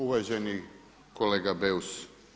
Uvaženi kolega Beus.